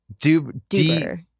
Duber